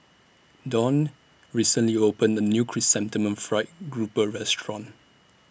Dawne recently opened A New Chrysanthemum Fried Grouper Restaurant